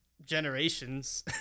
generations